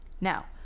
Now